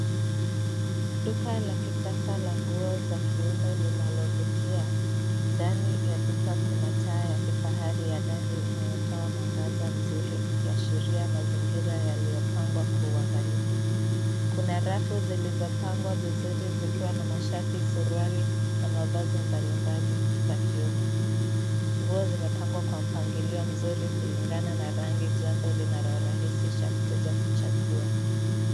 Duka la kisasa la nguo za kiume linalovutia. Ndani ya duka kuna taa ya kifahari ya dari inayotoa mwangaza nzuri ikiashiria mazingira yaliyopangwa kwa uangalifu. Kuna rafu zilizopangwa vizuri zikiwa na mashati, suruali na mavazi mbalimbali za kiume. Nguo zimepangwa kwa mpangilio mzuri kulingana na rangi jambo linalorahisisha mteja kuchagua.